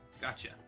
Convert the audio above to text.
Gotcha